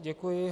Děkuji.